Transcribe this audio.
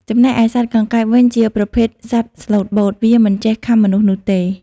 ចំណែកឯសត្វកង្កែបវិញជាប្រភេទសត្វស្លូតបូត វាមិនចេះខាំមនុស្សនោះទេ។